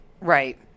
Right